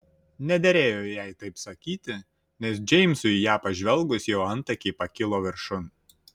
nederėjo jai taip sakyti nes džeimsui į ją pažvelgus jo antakiai pakilo viršun